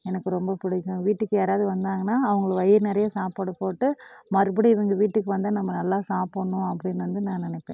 எனக்கு ரொம்ப பிடிக்கும் வீட்டுக்கு யாராவது வந்தாங்கன்னால் அவங்கள வயிறு நிறையா சாப்பாடு போட்டு மறுபடியும் இவங்க வீட்டுக்கு வந்தால் நம்ம நல்லா சாப்பிடுணும் அப்படினு வந்து நான் நினைப்பேன்